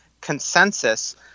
consensus